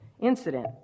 incident